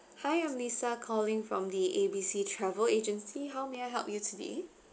hi I'm lisa calling from the A B C travel agency how may I help you today